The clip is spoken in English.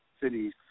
cities